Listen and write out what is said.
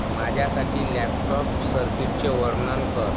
माझ्यासाठी लॅपटॉप सर्किटचे वर्णन कर